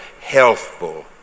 healthful